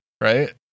Right